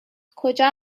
کجا